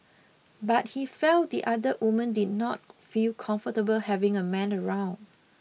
but he felt the other women did not feel comfortable having a man around